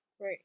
Right